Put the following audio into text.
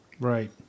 Right